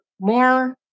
more